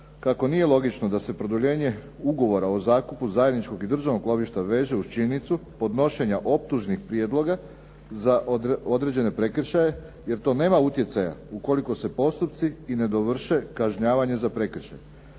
kako nije logično da se produljenje ugovora o zakupu zajedničkog i državnog lovišta veže uz činjenicu podnošenja optužnih prijedloga za određene prekršaje jer to nema utjecaja ukoliko se postupci i ne dovrše kažnjavanje za prekršaj.